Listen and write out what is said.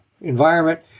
environment